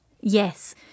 Yes